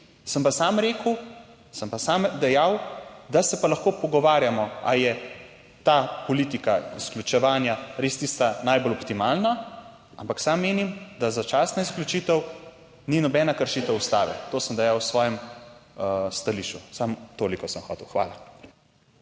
Sem pa sam rekel, sem pa sam dejal, da se pa lahko pogovarjamo, ali je ta politika izključevanja res tista najbolj optimalna. Ampak sam menim, da začasna izključitev ni nobena kršitev ustave. To sem dejal v svojem stališču. Samo toliko sem hotel. Hvala.